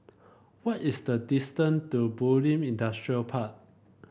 what is the distance to Bulim Industrial Park